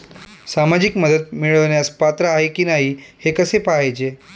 सामाजिक मदत मिळवण्यास पात्र आहे की नाही हे कसे पाहायचे?